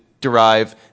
derive